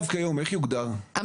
איך יוגדר כיום המצב?